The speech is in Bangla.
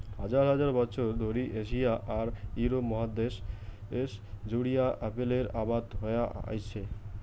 হাজার হাজার বছর ধরি এশিয়া আর ইউরোপ মহাদ্যাশ জুড়িয়া আপেলের আবাদ হয়া আইসছে